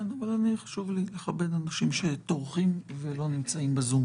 חשוב לי לכבד אנשים שטורחים ולא נמצאים בזום.